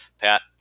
Pat